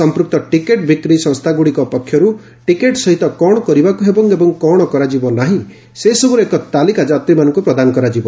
ସମ୍ପୁକ୍ତ ଟିକେଟ୍ ବିକ୍ରି ସଂସ୍ଥାଗୁଡ଼ିକ ପକ୍ଷରୁ ଟିକେଟ୍ ସହିତ କ'ଣ କରିବାକୁ ହେବ ଏବଂ କ'ଣ କରାଯିବ ନାହିଁ ସେସବୂର ଏକ ତାଲିକା ଯାତ୍ରୀମାନଙ୍କୁ ପ୍ରଦାନ କରାଯିବ